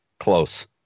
close